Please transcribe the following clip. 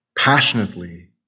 passionately